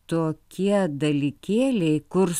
tokie dalykėliai kur